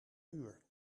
uur